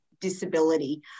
disability